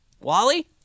Wally